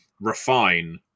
refine